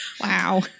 Wow